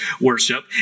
worship